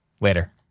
Later